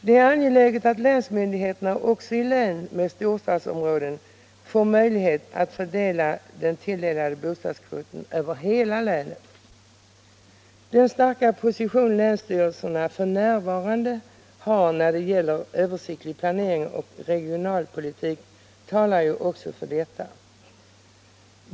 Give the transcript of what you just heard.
Det är angeläget att länsmyndigheterna också i län med storstadsområden får möjligheter att fördela den tilldelade bostadskvoten över hela länet. Den starka position länsstyrelserna f. n. har när det gäller översiktlig planering och regionalpolitik talar ju också för detta.